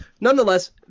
Nonetheless